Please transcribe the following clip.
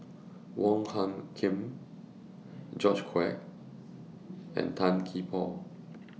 Wong Hung Khim George Quek and Tan Gee Paw